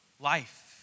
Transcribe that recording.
life